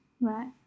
Right